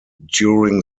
during